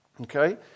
Okay